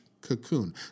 cocoon